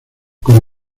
con